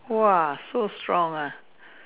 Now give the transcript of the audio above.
!wah! so strong ah